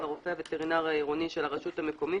לרופא הווטרינר העירוני של הרשות המקומית